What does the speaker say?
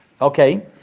Okay